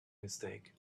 mistake